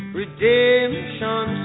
redemption